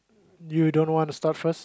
you don't want to start first